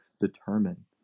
determine